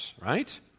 right